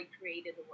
created